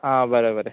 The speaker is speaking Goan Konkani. आं बरें बरें